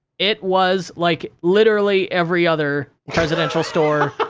it was like literally every other presidential store.